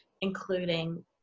including